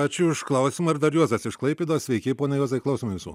ačiū už klausimą ar dar juozas iš klaipėdos sveiki pone juozai klausom jūsų